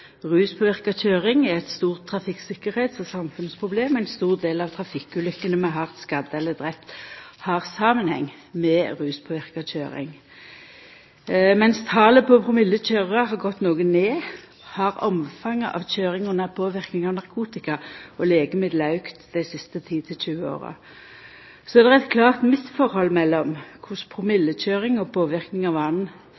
Ruspåverka kjøring er eit stort trafikktryggleiks- og samfunnsproblem. Ein stor del av trafikkulykkene med hardt skadde eller drepne har samanheng med ruspåverka kjøring. Mens talet på promillekjørarar har gått noko ned, har omfanget av kjøring under påverknad av narkotika og legemiddel auka dei siste 10–20 åra. Så er det eit klart misforhold mellom korleis